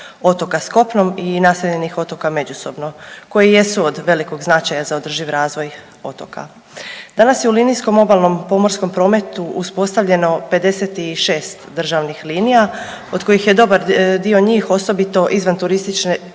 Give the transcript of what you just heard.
otoka s kopnom i naseljenih otoka međusobno koji jesu od velikog značaja za održiv razvoj otoka. Danas je u linijskom obalnom pomorskom prometu uspostavljeno 56 državnih linija od kojih je dobar dio njih osobito izvan turističke